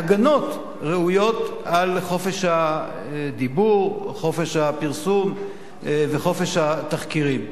הגנות ראויות על חופש הדיבור או חופש הפרסום וחופש התחקירים.